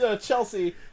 Chelsea